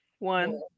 One